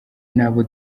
n’abo